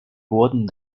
wurden